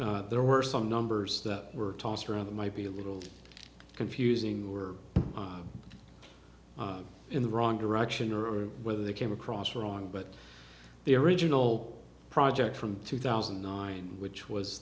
think there were some numbers that were tossed around that might be a little confusing were in the wrong direction or whether they came across wrong but the original project from two thousand and nine which was